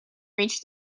reached